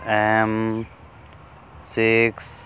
M six